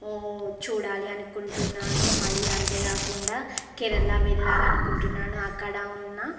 చూడాలి అనుకుంటున్నాను మళ్ళీ అంతేకాకుండా కేరళ వెళ్ళాలి అనుకుంటున్నాను అక్కడ ఉన్న